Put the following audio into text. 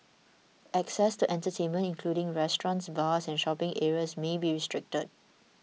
access to entertainment including restaurants bars and shopping areas may be restricted